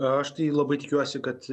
aš tai labai tikiuosi kad